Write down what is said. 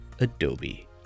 Adobe